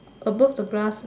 above the grass